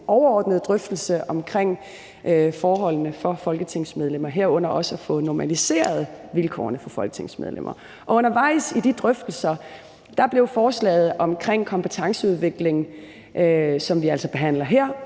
overordnet drøftelse af forholdene for folketingsmedlemmer, herunder også at få normaliseret vilkårene for folketingsmedlemmer, og undervejs i de drøftelser blev forslaget om kompetenceudvikling, som vi altså behandler her,